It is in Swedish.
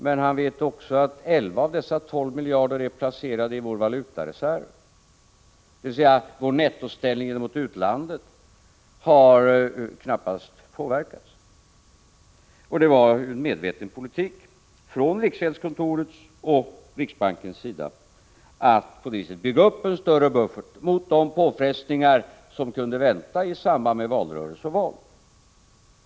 Men han vet också att 11 av dessa 12 miljarder är placerade i vår valutareserv, dvs. vår nettoställning gentemot utlandet har knappast påverkats. Det var en medveten politik från riksgäldskontorets och riksbankens sida att på detta sätt bygga upp en större buffert mot de påfrestningar som kunde väntas i samband med valrörelse och val.